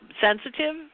sensitive